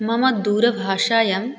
मम दूरभाषायां